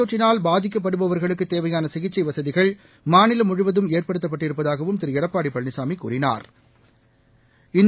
தொற்றினால் பாதிக்கப்படுபவா்களுக்குத் தேவையானசிகிச்சைவசதிகள் இந்தநோய் மாநிலம் முழுவதும் ஏற்படுத்தப்பட்டு இருப்பதாகவும் திருடப்பாடிபழனிசாமிகூறினாா்